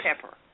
pepper